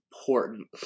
important